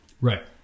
Right